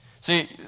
See